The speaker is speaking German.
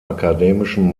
akademischen